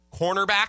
Cornerback